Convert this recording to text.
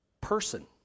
person